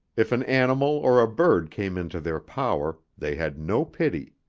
if an animal or a bird came into their power, they had no pity.